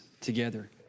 together